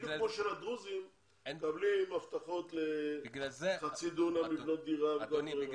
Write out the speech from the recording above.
בדיוק כמו שהדרוזים מקבלים הבטחות לחצי דונם לבנות דירה וכולי.